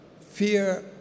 fear